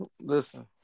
listen